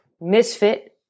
Misfit